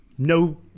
no